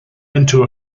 into